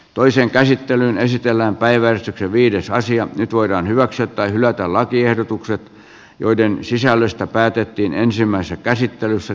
toisen käsittelyn esitellään päivä viides nyt voidaan hyväksyä tai hylätä lakiehdotukset joiden sisällöstä päätettiin ensimmäisessä käsittelyssä